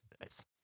Nice